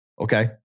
Okay